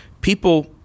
People